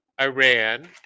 Iran